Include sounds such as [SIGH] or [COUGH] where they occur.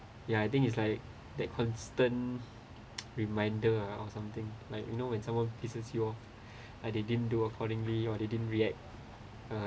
ya I think is like that constant [NOISE] reminder ah or something like you know when someone is is your I they didn't do accordingly or they didn't react